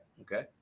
okay